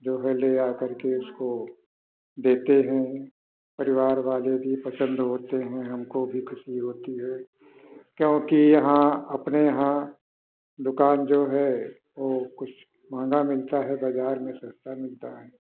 जो है ले आकर के उसको देते हैं परिवार वाले भी पसंद होते हैं हमको भी ख़ुशी होती है क्योंकि यहाँ अपने यहाँ दुकान जो है वो कुछ महंगा मिलता है बाजार में सस्ता मिलता है